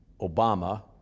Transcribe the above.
Obama